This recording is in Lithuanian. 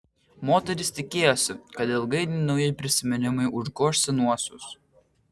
moteris tikėjosi kad ilgainiui nauji prisiminimai užgoš senuosius